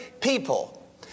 people